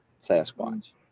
Sasquatch